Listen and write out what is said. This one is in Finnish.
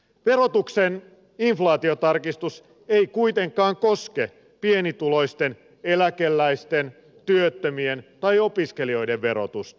verotuksen inflaatiotarkistus ei kuitenkaan koske pienituloisten eläkeläisten työttömien tai opiskelijoiden verotusta